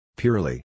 purely